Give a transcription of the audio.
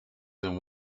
than